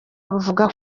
buvuga